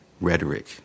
rhetoric